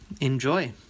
enjoy